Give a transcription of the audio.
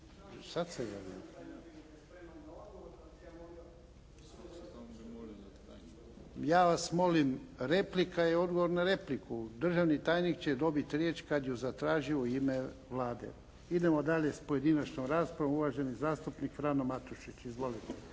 razumije./… ja vas molim, replika i odgovor na repliku. Državni tajnik će dobiti riječ kada ju zatraži u ime Vlade. Idemo dalje s pojedinačnom raspravom. Uvaženi zastupnik Frano Matušić. Izvolite.